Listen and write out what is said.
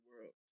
world